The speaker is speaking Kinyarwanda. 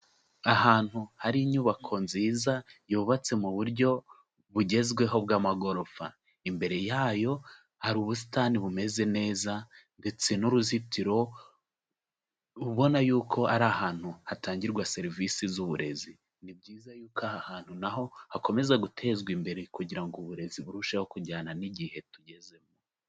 Ahantu hari inyubako nziza yubatse mu buryo bugezweho bw'amagorofa. Imbere yayo hari ubusitani bumeze neza ndetse n'uruzitiro ubona yuko ari ahantu hatangirwa serivisi z'uburezi, ni byiza yuko aha hantu naho hakomeza gutezwa imbere kugira ngo uburezi burusheho kujyana n'igihe tugezemo.